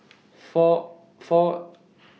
four four